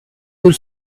your